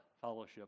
fellowship